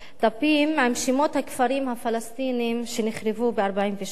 דפים עם שמות הכפרים הפלסטיניים שנחרבו ב-1948.